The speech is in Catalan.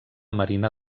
marina